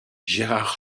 gerard